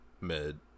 Mid